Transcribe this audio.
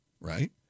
Right